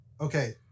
Okay